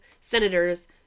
senators